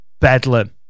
Bedlam